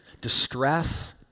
distress